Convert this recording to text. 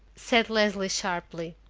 said leslie sharply.